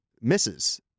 misses